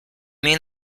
mean